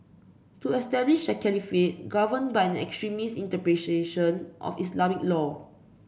to establish a caliphate governed by an extremist of Islamic law